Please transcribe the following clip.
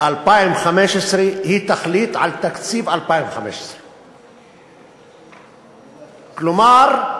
נובמבר 2015 היא תחליט על תקציב 2015. כלומר,